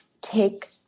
take